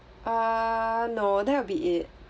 uh no that will be it